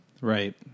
right